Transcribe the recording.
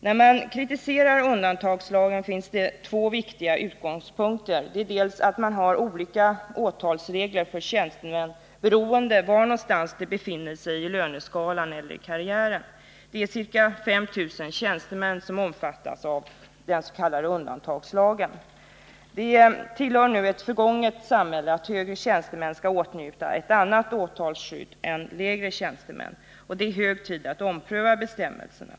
När man kritiserar undantagslagen finns det två viktiga utgångspunkter. Det är först och främst att man har olika åtalsregler för tjänstemän beroende på var någonstans de befinner sig på löneskalan eller i karriären. Ca 5 000 tjänstemän omfattas av den s.k. undantagslagen. Det tillhör nu ett förgånget samhälle att högre tjänstemän skall åtnjuta ett annat åtalsskydd än lägre tjästemän. Det är hög tid att ompröva bestämmelserna.